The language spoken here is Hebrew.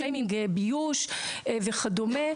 שיימינג וכדומה.